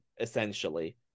essentially